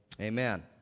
Amen